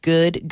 Good